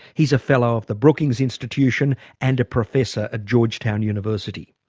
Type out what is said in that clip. he's a fellow of the brookings institution and a professor at georgetown university.